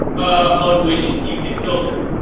on which you can filter.